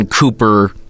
Cooper